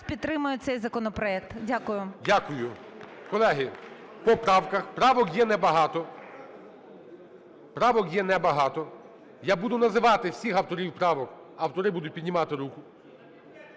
підтримають цей законопроект. Дякую. ГОЛОВУЮЧИЙ. Дякую. Колеги, по правках. Правок є небагато, правок є небагато. Я буду називати всіх авторів правок, автори будуть піднімати руку.